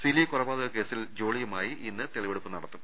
സിലി കൊലപാതക കേസിൽ ജോളിയുമായി ഇന്ന് തെളിവെടുപ്പ് നടത്തും